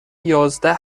یازده